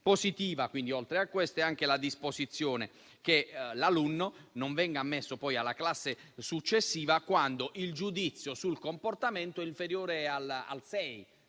Positiva, oltre a queste, è anche la disposizione che l'alunno non venga ammesso alla classe successiva quando il giudizio sul comportamento sia inferiore al 6,